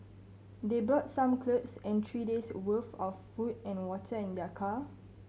they brought some clothes and three days' worth of food and water in their car